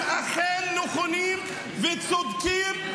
והם אכן נכונים וצודקים,